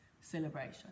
celebration